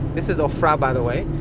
this is ofra, by the way.